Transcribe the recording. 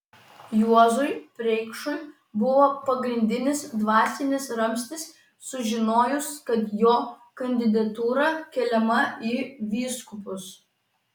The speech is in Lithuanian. juozui preikšui buvo pagrindinis dvasinis ramstis sužinojus kad jo kandidatūra keliama į vyskupus